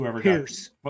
Pierce